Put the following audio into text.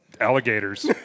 Alligators